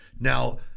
Now